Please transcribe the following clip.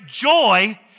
joy